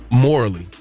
morally